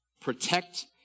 protect